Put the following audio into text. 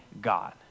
God